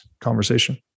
conversation